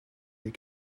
they